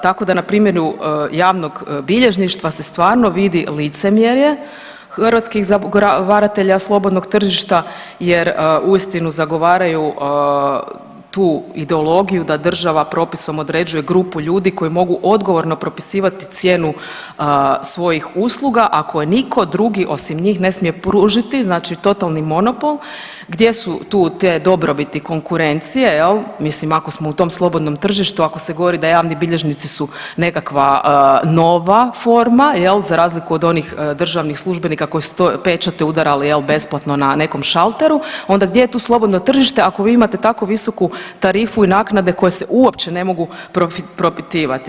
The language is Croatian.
Tako da na primjeru javnog bilježništva se stvarno biti licemjerje hrvatskih zagovaratelja slobodnog tržišta jer uistinu zagovaraju tu ideologiju da država propisom određuje grupu ljudi koji mogu odgovorno propisivati cijenu svojih usluga, a koje nitko drugi osim njih ne smije pružiti, znači totalni monopol, gdje su tu te dobrobiti konkurencije, je li, mislim ako smo u tom slobodnom tržištu, ako se govori da javni bilježnici su nekakva nova forma, je li, za razliku od onih državnih službenika koji su to, pečate udarali je li, besplatno na nekom šalteru, onda gdje je tu slobodno tržište ako vi imate tako visoku tarifu i naknade koje se uopće ne mogu propitivati.